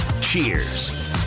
Cheers